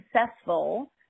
successful